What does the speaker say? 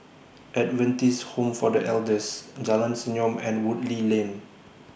Adventist Home For The Elders Jalan Senyum and Woodleigh Lane